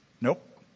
Nope